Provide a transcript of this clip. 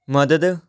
ਮਦਦ